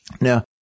Now